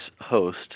host